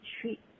treat